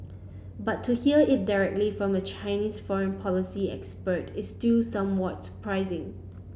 but to hear it directly from a Chinese foreign policy expert is still somewhat surprising